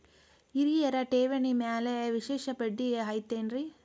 ಹಿರಿಯರ ಠೇವಣಿ ಮ್ಯಾಲೆ ವಿಶೇಷ ಬಡ್ಡಿ ಐತೇನ್ರಿ?